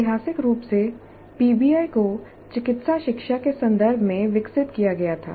ऐतिहासिक रूप से पीबीआई को चिकित्सा शिक्षा के संदर्भ में विकसित किया गया था